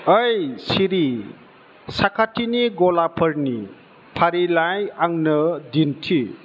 ओइ सिरि साखाथिनि गलाफोरनि फारिलाइ आंनो दिन्थि